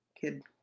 kid